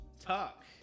talk